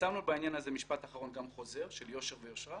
פרסמנו בעניין הזה גם חוזר של יושר ויושרה,